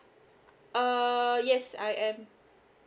err yes I am